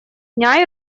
дня